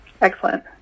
Excellent